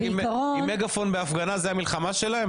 מגפון בהפגנה זאת המלחמה שלהם?